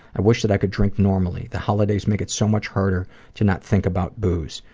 i wish that i could drink normally. the holidays make it so much harder to not think about booze.